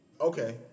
okay